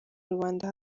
rubanda